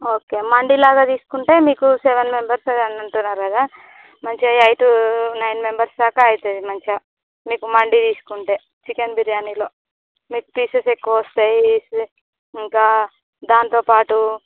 okay మండి లాగ తీసుకుంటే మీకు సెవెన్ మెంబెర్స్గా అని అంటున్నారు కదా మంచిగా ఎయిట్ నైన్ మెంబెర్స్ దాకా అవుతుంది మంచిగా మీకు మండి తీసుకుంటే చికెన్ బిర్యానీలో మీకు పీసెస్ ఎక్కువ వస్తాయి ఇంకా దానితోపాటు